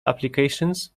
applications